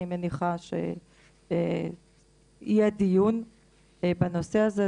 אני מניחה שיהיה דיון בנושא הזה,